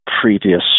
previous